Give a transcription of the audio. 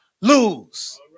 lose